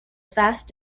fast